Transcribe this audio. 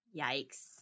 Yikes